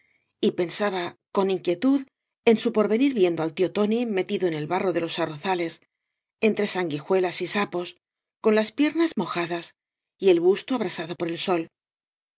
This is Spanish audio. y pensaba con inquietud en su porvenir viendo al tío tóai metido en el barro de los arrozales entre sanguijuelas y sapos con las piernas mojadas y el busto abrasado por el sol